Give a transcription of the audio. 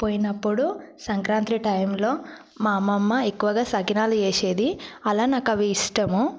పోయినప్పుడు సంక్రాంతి టైంలో మా అమ్మమ్మ ఎక్కువగా సకినాలు చేసేది అలా నాకు అవి ఇష్టము